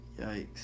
Yikes